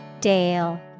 Dale